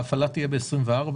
ההפעלה תהיה ב-2024.